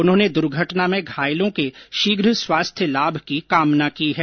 उन्होंने दूर्घटना में घायलों के शीघ्र स्वास्थ्य लाभ की कामना की है